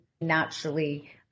naturally